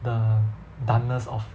the doneness of